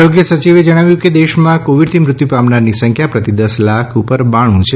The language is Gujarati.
આરોગ્ય સચિવે જણાવ્યું કે દેશમાં કોવિડથી મૃત્યુ પામનારની સંક પ્રતિ દશ લાખ ઉપર બોણું છે